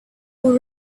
will